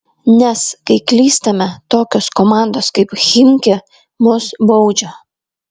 nes kai klystame tokios komandos kaip chimki mus baudžia